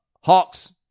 hawks